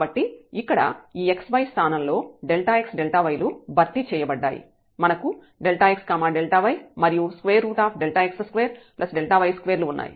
కాబట్టి ఇక్కడ ఈ xy స్థానంలో xy లు భర్తీ చేయబడ్డాయి మనకు xy మరియు Δx2Δy2 లు ఉన్నాయి